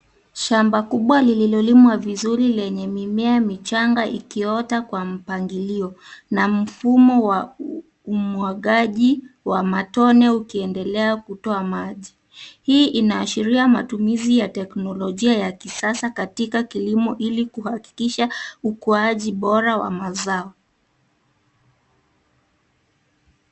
Shamba kubwa lililolimwa vizuri lenye mimea mchanga ikiota kwa mpangilio na mfumo wa umwagaji wa matone ukiendelea kutoa maji. Hii inaashiria matumizi ya teknolojia ya kisasa katika kilimo ili kuhakikisha ukuaji bora wa mazao.